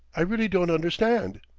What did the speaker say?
i really don't understand.